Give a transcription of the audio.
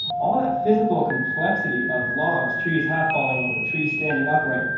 all that physical complexity of logs, trees half falling over, trees standing upright,